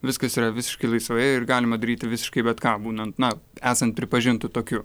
viskas yra visiškai laisvai ir galima daryti visiškai bet ką būnant na esant pripažintu tokiu